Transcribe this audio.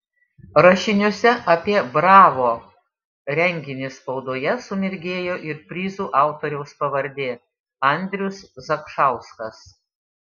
rašiniuose apie bravo renginį spaudoje sumirgėjo ir prizų autoriaus pavardė andrius zakšauskas